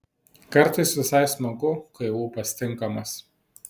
kartais visai smagu kai ūpas tinkamas